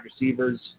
receivers